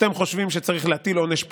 אתם חושבים שצריך להטיל עונש פלילי,